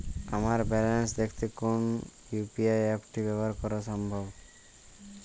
আমার ব্যালান্স দেখতে কোন ইউ.পি.আই অ্যাপটি ব্যবহার করা সব থেকে সহজ?